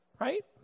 right